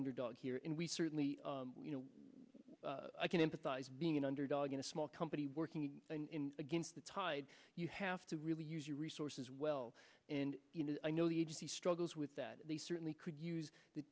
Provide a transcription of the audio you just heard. underdog here and we certainly you know i can empathize being an underdog in a small company working in against the tide you have to really use your resources well and i know the agency struggles with that they certainly could use the